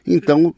Então